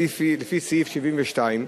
לפי סעיף 72,